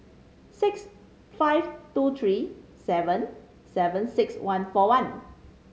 six five two three seven seven six one four one